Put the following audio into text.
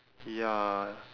ya